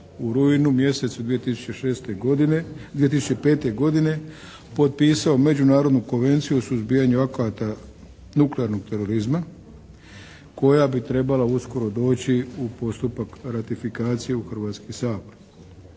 godine, 2005. godine potpisao Međunarodnu konvenciju u suzbijanju akata nuklearnog terorizma koja bi trebala uskoro doći u postupak ratifikacije u Hrvatski sabor.